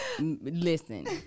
Listen